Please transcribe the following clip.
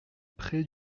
prés